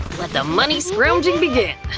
let the money scrounging begin!